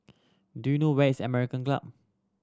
do you know where is American Club